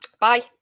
Bye